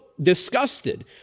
disgusted